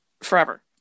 forever